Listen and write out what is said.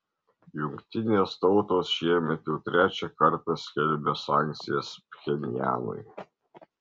jungtinės tautos šiemet jau trečią kartą skelbia sankcijas pchenjanui